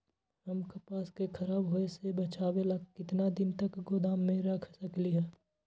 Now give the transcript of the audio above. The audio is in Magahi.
हम कपास के खराब होए से बचाबे ला कितना दिन तक गोदाम में रख सकली ह?